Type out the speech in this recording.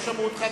לא שמעו אותך,